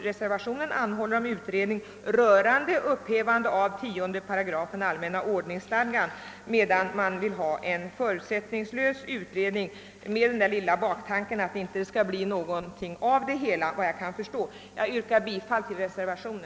reservanterna anhåller om utredning rörande upphävande av 10 § i allmänna ordningsstadgan, medan majoriteten vill ha en förutsättningslös utredning — med den lilla baktanken att det inte skall bli någonting av det hela. Jag yrkar bifall till reservationen.